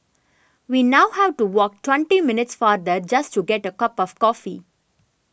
we now have to walk twenty minutes farther just to get a cup of coffee